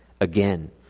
Again